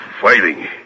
fighting